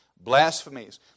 blasphemies